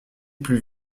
plus